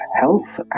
health